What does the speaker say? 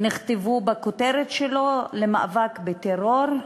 נכתבו בכותרת שלו: המאבק בטרור.